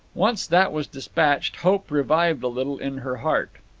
once that was dispatched, hope revived a little in her heart.